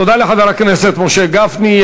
תודה לחבר הכנסת משה גפני.